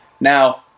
Now